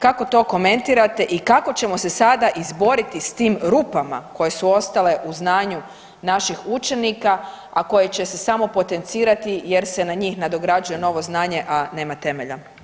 Kako to komentirate i kako ćemo se sada izboriti s tim rupama koje su ostale u znanju naših učenika, a koje će se samo potencirati jer se na njih nadograđuje novo znanje, a nema temelja?